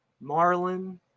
marlin